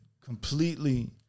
completely